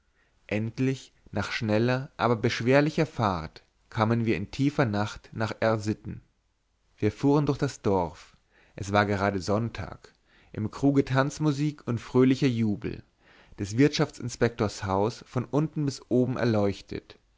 endlich nach schneller aber beschwerlicher fahrt kamen wir in tiefer nacht nach r sitten wir fuhren durch das dorf es war gerade sonntag im kruge tanzmusik und fröhlicher jubel des wirtschaftsinspektors haus von unten bis oben erleuchtet